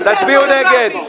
תצביעו נגד.